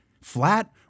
flat